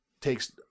takes